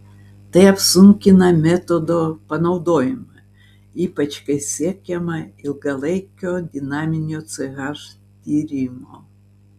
tai apsunkina metodo panaudojimą ypač kai siekiama ilgalaikio dinaminio ch tyrimo